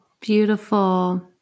Beautiful